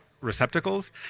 receptacles